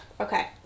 Okay